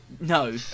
No